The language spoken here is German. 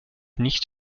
nicht